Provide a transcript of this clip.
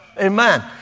Amen